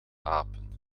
apen